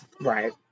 Right